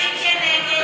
ההסתייגות (44)